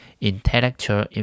Intellectual